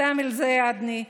סמי אלזיאדני,